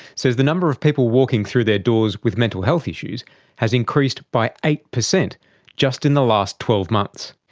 says the number of people walking through their doors with mental health issues has increased by eight percent just in the last twelve months.